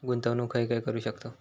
गुंतवणूक खय खय करू शकतव?